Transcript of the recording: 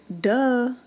duh